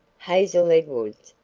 hazel edwards,